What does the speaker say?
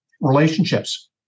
relationships